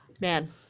Man